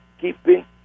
keeping